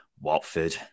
Watford